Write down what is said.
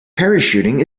parachuting